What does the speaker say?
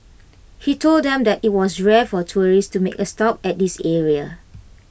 he told them that IT was rare for tourists to make A stop at this area